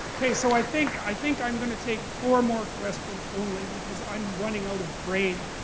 so i think i think i'm going to take four more questions, only, because i'm running out of brain,